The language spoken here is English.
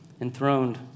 enthroned